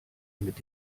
mit